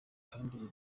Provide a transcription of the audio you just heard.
kandi